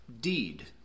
deed